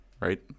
right